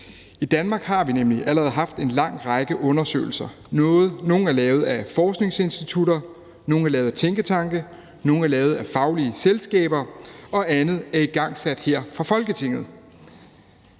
I Danmark er der nemlig allerede blevet lavet en lang række undersøgelser. Nogle er lavet af forskningsinstitutter, nogle er lavet af tænketanke, nogle er lavet af faglige selskaber, og andet er igangsat her fra Folketinget.